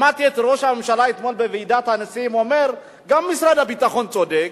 שמעתי את ראש הממשלה אתמול בוועידת הנשיאים אומר: גם משרד הביטחון צודק,